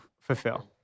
fulfill